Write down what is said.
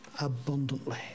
abundantly